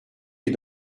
les